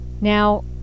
Now